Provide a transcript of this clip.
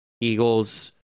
eagles